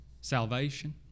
salvation